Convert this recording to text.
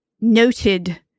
noted